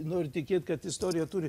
noriu tikėt kad istorija turi